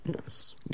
Yes